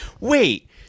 wait